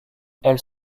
elles